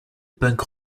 punk